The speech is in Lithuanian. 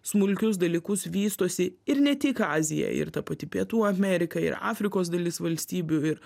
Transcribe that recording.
smulkius dalykus vystosi ir ne tik azija ir ta pati pietų amerika ir afrikos dalis valstybių ir